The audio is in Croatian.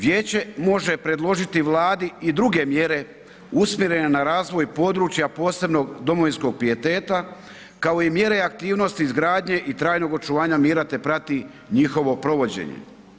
Vijeće može predložiti Vladi i druge mjere usmjerene na razvoj područja posebnog domovinskog pijeteta kao i mjere aktivnosti izgradnje i trajnog očuvanja mira te prati njihovo provođenje.